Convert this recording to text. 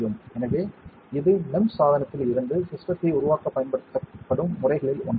எனவே இது MEMS சாதனத்தில் இருந்து சிஸ்டத்தை உருவாக்கப் பயன்படுத்தப்படும் முறைகளில் ஒன்றாகும்